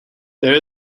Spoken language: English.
there